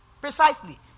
Precisely